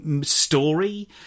story